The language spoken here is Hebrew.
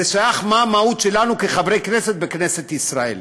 זה שייך למה המהות שלנו כחברי כנסת בכנסת ישראל.